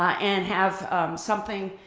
and have something,